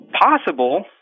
possible